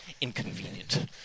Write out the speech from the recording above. inconvenient